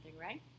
right